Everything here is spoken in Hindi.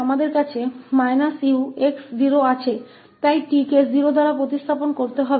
तो हमारे पास −𝑢𝑥 0 इस t को 0 से बदलने के साथ है